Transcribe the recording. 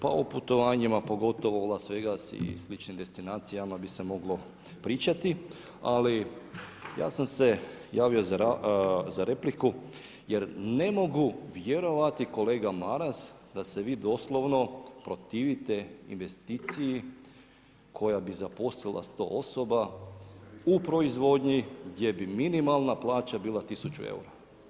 Pa o putovanjima pogotovo u Las Vegas i sličnim destinacijama bi se moglo pričati, ali ja sam se javio za repliku jer ne mogu vjerovati, kolega Maras da se vi doslovno protivite investiciji koji bi zaposlila 100 osoba u proizvodnji gdje bi minimalna plaća bila 1000 eura.